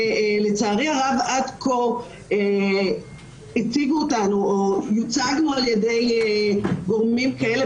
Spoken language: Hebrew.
לצערי הרב עד כה יוצגנו על ידי גורמים כאלה